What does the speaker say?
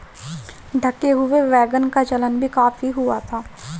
ढके हुए वैगन का चलन भी काफी हुआ था